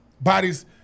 bodies